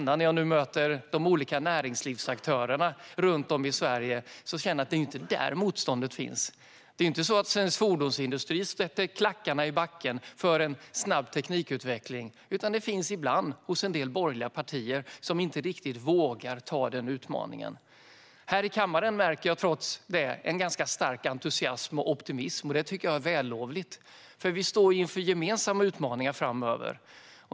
När jag möter olika näringslivsaktörer runt om i Sverige kan jag känna att det inte är där som motståndet finns. Svensk fordonsindustri sätter ju inte klackarna i backen mot en snabb teknikutveckling, utan motståndet finns ibland hos en del borgerliga partier som inte riktigt vågar anta den utmaningen. Trots det märker jag här i kammaren en ganska stark entusiasm och optimism, och det tycker jag är vällovligt. Vi står inför gemensamma utmaningar framöver.